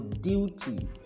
duty